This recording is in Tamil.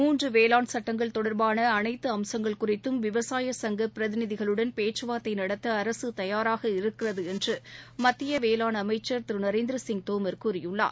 மூன்று வேளான் சட்டங்கள் தொடர்பான அனைத்து அம்சங்கள் குறித்தும் விவசாய சங்கங்கள் பிரதிநிதிகளுடன் பேச்சுவார்த்தை நடத்த அரசு தபாராக இருக்கிறது என்று மத்திய வேளாண் அமைச்சர் திரு நரேந்திர சிங் தோமர் கூறியுள்ளார்